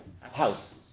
house